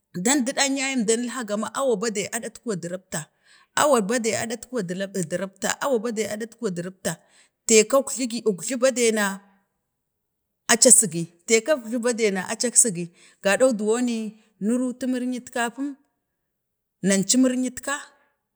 dan ɗuɗan yaye əndanil laga ma awa badei aɗatkuwa da rubta, awa badei aɗatkuwa da rubta, teka ukjlagi ukjla bade na aca sigi, teka ukjla bade na aca sihi gaɗan duwoni, na rutu murnyit kapum, nuncu muryitka